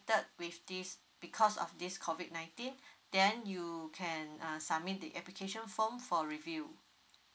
with this because of this COVID nineteen then you can uh submit the application form for review